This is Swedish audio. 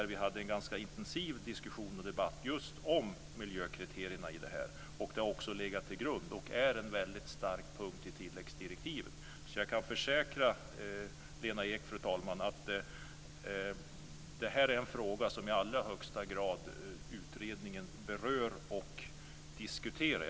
Vi hade då en ganska intensiv diskussion och debatt just om miljökriterierna i det här sammanhanget. Detta har också legat till grund för och är en väldigt stark punkt i tilläggsdirektiven. Fru talman! Jag kan försäkra, Lena Ek, att detta är en fråga som utredningen i allra högsta grad berör och diskuterar.